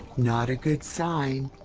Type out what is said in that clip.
not a good sign?